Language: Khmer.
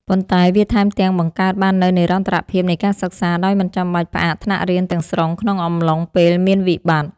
ប៉ុន្តែវាថែមទាំងបង្កើតបាននូវនិរន្តរភាពនៃការសិក្សាដោយមិនចាំបាច់ផ្អាកថ្នាក់រៀនទាំងស្រុងក្នុងអំឡុងពេលមានវិបត្តិ។